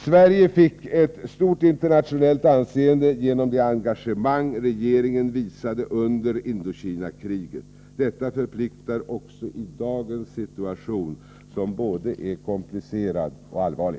Sverige fick ett stort internationellt anseende genom det engagemang regeringen visade under Indokinakriget. Detta förpliktar också i dagens situation, som är både komplicerad och allvarlig.